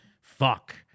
fuck